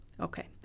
Okay